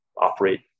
operate